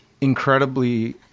incredibly